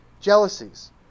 jealousies